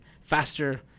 faster